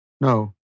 No